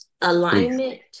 Alignment